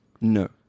No